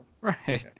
Right